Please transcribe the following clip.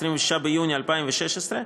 26 ביוני 2016,